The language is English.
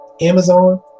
Amazon